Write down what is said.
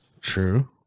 True